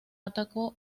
atacó